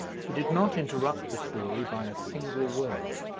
he did not interrupt the story by a single word.